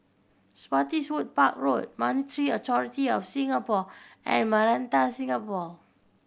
Spottiswoode Park Road Monetary Authority Of Singapore and Maranta Avenue